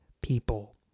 people